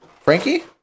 frankie